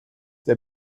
der